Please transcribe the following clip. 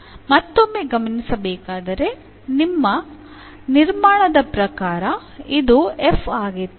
ಮತ್ತೊಮ್ಮೆ ಗಮನಿಸಬೇಕಾದರೆ ನಮ್ಮ ನಿರ್ಮಾಣದ ಪ್ರಕಾರ ಇದು f ಆಗಿತ್ತು